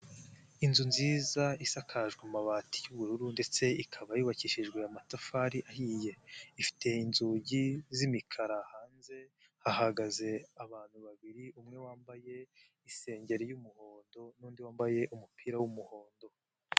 Inzu nziza isakajwe amabati y'ubururu ndetse ikaba yubakishijwe amatafari ahiye, ifite inzugi z'imikara, hanze hahagaze abantu babiri umwe wambaye isengeri y'umuhondo n'undi wambaye umupira w'umuhondo.